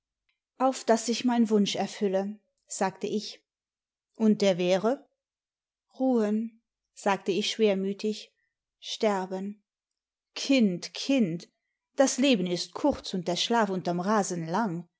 auf daß sich mein wunsch erfülle sagte ich und der wäre ruhen sagte ich schwermütig sterben kind kindl das leben ist kurz und der schlaf unterm rasen